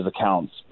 accounts